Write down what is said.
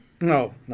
No